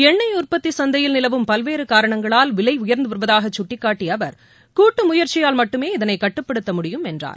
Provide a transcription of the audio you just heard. எண்ணெய் உற்பத்தி சந்தையில் நிலவும் பல்வேறு காரணங்களால் விலை உயா்ந்து வருவதாக சுட்டிக்காட்டிய அவர் கூட்டு முயந்சியால் மட்டுமே இதனை கட்டுப்படுத்த முடியும் என்றார்